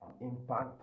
impact